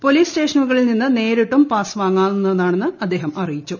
police സ്റ്റേഷന്റുകളിൽ നിന്ന് നേരിട്ടും പാസ് വാങ്ങാവുന്നതാണെന്നും അദ്ദേഹ്ം അറിയിച്ചു